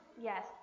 Yes